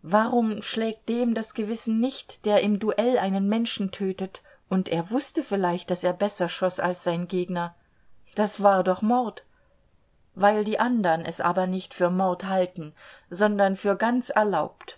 warum schlägt dem das gewissen nicht der im duell einen menschen tötet und er wußte vielleicht daß er besser schoß als sein gegner das war doch mord weil die andern es aber nicht für mord halten sondern für ganz erlaubt